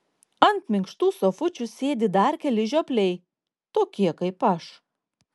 ant minkštų sofučių sėdi dar keli žiopliai tokie kaip aš